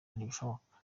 ntibishoboka